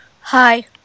Hi